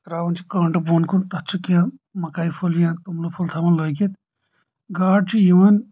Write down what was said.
تراوان چھِ کٲنٛٹہٕ بوٚن کُن تتھ چھِ کینٛہہ مکایہِ پھوٚل یا توملہٕ پھوٚل تھاوان لٲگتھ گاڈ چھِ یِوان